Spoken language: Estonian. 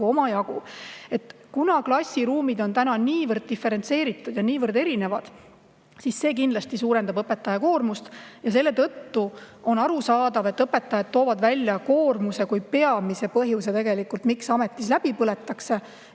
neid omajagu. Kuna ka klassiruumid on niivõrd diferentseeritud ja niivõrd erinevad, siis see kindlasti suurendab õpetaja koormust. Ja selle tõttu on arusaadav, et õpetajad toovad välja suure koormuse kui peamise põhjuse, miks ametis läbi põletakse